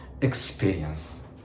experience